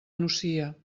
nucia